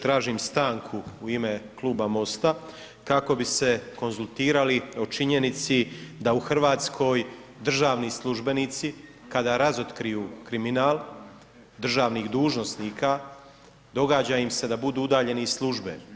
Tražim stanku u ime Kluba MOST-a kako bi se konzultirali o činjenici da u Hrvatskoj državni službenici, kada razotkriju kriminal državnih dužnosnika, događa im se da budu udaljeni iz službe.